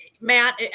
Matt